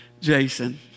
Jason